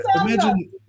imagine